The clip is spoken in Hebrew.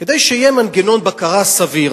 כדי שיהיה מנגנון בקרה סביר.